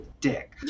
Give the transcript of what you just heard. dick